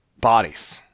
bodies